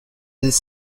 this